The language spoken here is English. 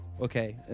Okay